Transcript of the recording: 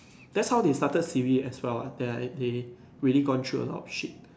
that's how they started Siri as well what they they really gone through a lot of shit